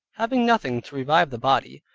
having nothing to revive the body,